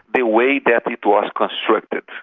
the way that it was constructed.